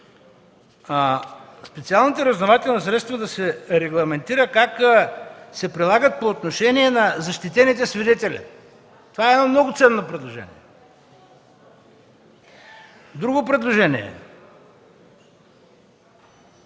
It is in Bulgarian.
специалните разузнавателни средства да се регламентира как се прилагат по отношение на защитените свидетели. Това е едно много ценно предложение. Друго предложение –